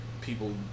people